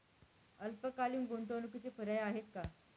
अल्पकालीन गुंतवणूकीचे पर्याय आहेत का?